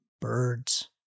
birds